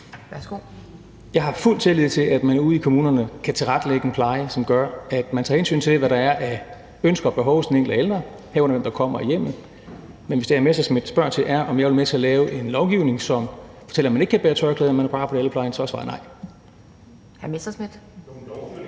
Jeg har fuld tillid til, at man ude i kommunerne kan tilrettelægge en pleje, hvor man tager hensyn til, hvad der er af ønsker og behov hos den enkelte ældre, herunder hvem der kommer i hjemmet. Men hvis det, hr. Morten Messerschmidt spørger til, er, om jeg vil være med til at lave en lovgivning, som fortæller, at man ikke kan bære tørklæde, når man er på arbejde i ældreplejen, så er svaret nej.